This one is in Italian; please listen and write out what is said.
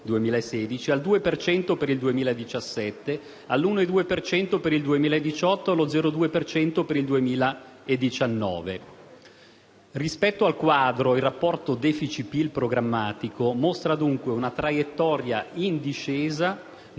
cento per il 2017, all'1,2 per cento per il 2018 e allo 0,2 per cento per il 2019. Rispetto al quadro, il rapporto *deficit*-PIL programmatico mostra dunque una traiettoria in discesa